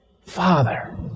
Father